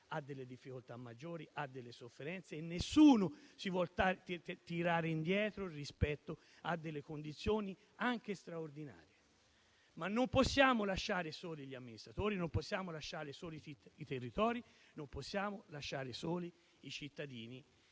ha delle difficoltà maggiori e delle sofferenze. E nessuno si vuol tirare indietro rispetto a delle condizioni anche straordinarie. Ma non possiamo lasciare soli gli amministratori, non possiamo lasciare soli i territori, non possiamo lasciare soli i cittadini